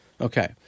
Okay